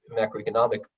macroeconomic